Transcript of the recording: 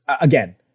again